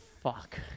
fuck